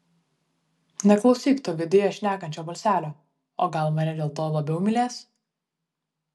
neklausyk to viduje šnekančio balselio o gal mane dėl to labiau mylės